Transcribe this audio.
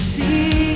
See